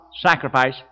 sacrifice